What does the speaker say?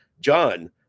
John